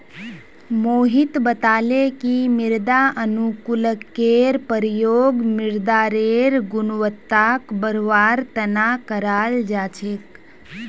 मोहित बताले कि मृदा अनुकूलककेर प्रयोग मृदारेर गुणवत्ताक बढ़वार तना कराल जा छेक